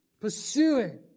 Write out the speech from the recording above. pursuing